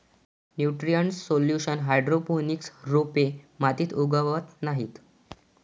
nutrient solution hydroponics रोपे मातीत उगवत नाहीत